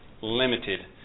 limited